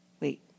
Wait